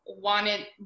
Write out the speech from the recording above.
wanted